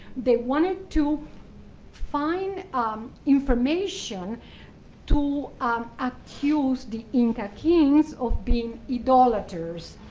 they wanted to find um information to accuse the inca kings of being idolaters.